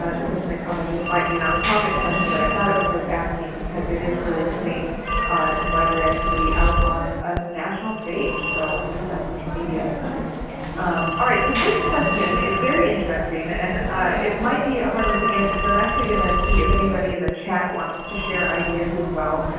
ah the person had commented it might be an off topic question but i thought it was worth asking because it is really putting some library activity out on a national stage so with that social media. so so this question is very interesting and it might be ah hard one to answer, so i'm actually going to see if anybody in the chat wants to share ideas as well.